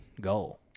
goal